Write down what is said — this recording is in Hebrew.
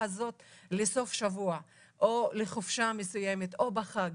הזו לסופשבוע או לחופשה מסוימת או בחג.